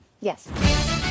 Yes